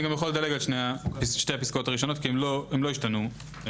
יכול לדלג על שתי הפסקאות הראשונות כי הן לא השתנו כלל,